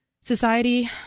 society